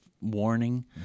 warning